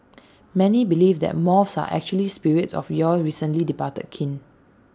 many believe that moths are actually spirits of your recently departed kin